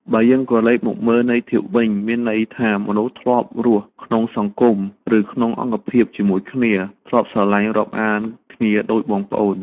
បើយើងក្រឡេកមើលន័យធៀបវិញ មានន័យថាមនុស្សធ្លាប់រស់ក្នុងសង្គម ឬក្នុងអង្គភាពជាមួយគ្នា ធ្លាប់ស្រលាញ់រាប់អានគ្នាដូចបងប្អូន ។